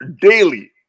Daily